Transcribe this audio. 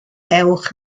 ewch